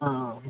हा हा